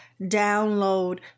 download